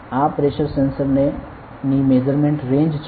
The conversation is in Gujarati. આ પ્રેશર સેન્સર ની મેઝરમેંટ રેંજ છે